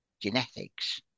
genetics